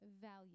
value